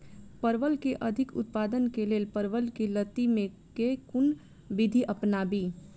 परवल केँ अधिक उत्पादन केँ लेल परवल केँ लती मे केँ कुन विधि अपनाबी?